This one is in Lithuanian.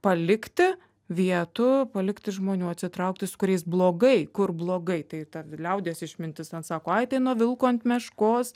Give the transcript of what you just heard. palikti vietų palikti žmonių atsitraukti su kuriais blogai kur blogai tai ta liaudies išmintis sako jei tai nuo vilko ant meškos